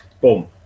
boom